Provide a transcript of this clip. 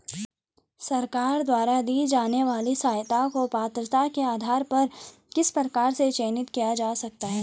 सरकार द्वारा दी जाने वाली सहायता को पात्रता के आधार पर किस प्रकार से चयनित किया जा सकता है?